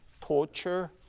torture